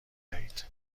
دهید